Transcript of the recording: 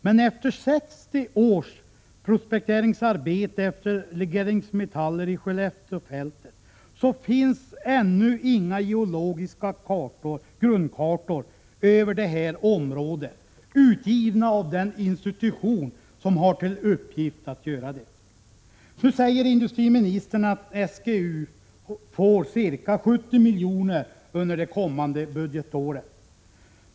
Men efter 60 års prospekteringsarbete rörande legeringsmetaller i Skelleftefältet finns ännu inga geologiska grundkartor över detta område utgivna av den institution som har till uppgift att göra detta arbete. Nu säger industriministern att SGU får ca 70 milj.kr. under det kommande budgetåret.